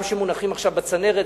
גם כאלה שמונחים עכשיו בצנרת,